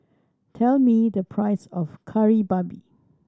tell me the price of Kari Babi